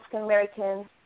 African-Americans